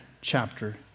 chapter